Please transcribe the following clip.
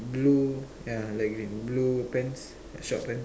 blue yeah light green blue pants like short pants